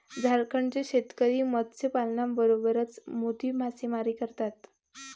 झारखंडचे शेतकरी मत्स्यपालनासोबतच मोती मासेमारी करतात